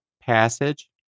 passage